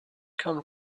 come